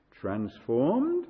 Transformed